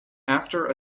after